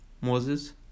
moses